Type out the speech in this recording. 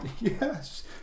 Yes